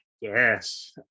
yes